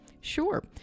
Sure